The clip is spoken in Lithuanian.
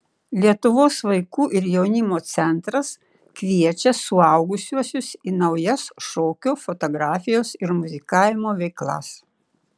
lietuvos vaikų ir jaunimo centras kviečia suaugusiuosius į naujas šokių fotografijos ir muzikavimo veiklas